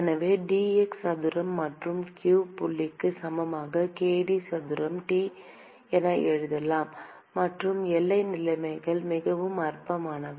எனவே dx சதுரம் மற்றும் q புள்ளி 0க்கு சமமான k d சதுரம் T என எழுதலாம் மற்றும் எல்லை நிலைமைகள் மிகவும் அற்பமானவை